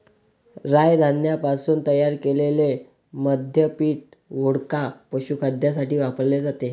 राय धान्यापासून तयार केलेले मद्य पीठ, वोडका, पशुखाद्यासाठी वापरले जाते